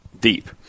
deep